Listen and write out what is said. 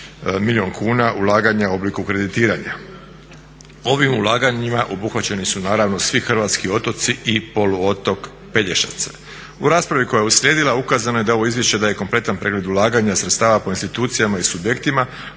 milijun kuna ulaganja u obliku kreditiranjima. Ovim ulaganjima obuhvaćeni su svi hrvatski otoci i poluotok Pelješac. U raspravi koja je uslijedila ukazano je da ovo izvješće daje kompletan pregled ulaganja sredstava po institucijama i subjektima,